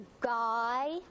guy